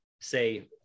say